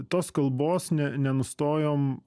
tos kalbos ne nenustojom